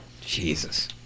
Jesus